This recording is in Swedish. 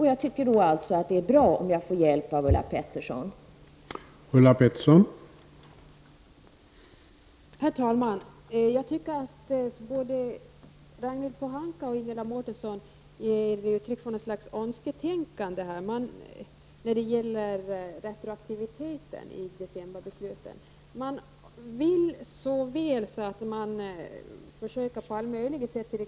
Jag tycker alltså att det är bra om jag får hjälp av Ulla Pettersson på den här punkten.